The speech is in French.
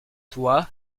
toi